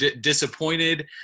disappointed